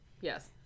Yes